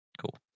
Cool